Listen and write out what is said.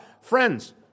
Friends